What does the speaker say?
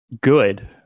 good